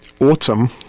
autumn